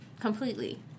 completely